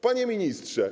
Panie Ministrze!